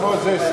הרב מוזס,